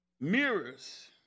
mirrors